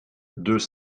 deux